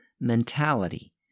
mentality